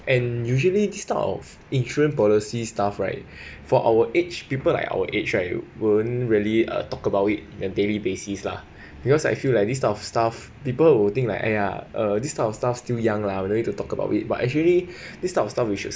and usually this type of insurance policy stuff right for our age people like our age right won't really uh talk about it on a daily basis lah because I feel like this type of stuff people will think like !aiya! uh this type of stuff still young lah don't need to talk about it but actually this type of stuff we should